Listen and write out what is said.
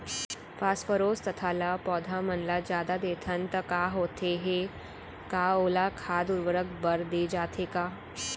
Phosphorus तथा ल पौधा मन ल जादा देथन त का होथे हे, का ओला खाद उर्वरक बर दे जाथे का?